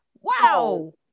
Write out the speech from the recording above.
Wow